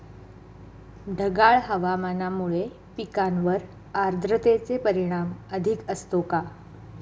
ढगाळ हवामानामुळे पिकांवर आर्द्रतेचे परिणाम अधिक असतो का?